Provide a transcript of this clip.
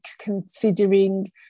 considering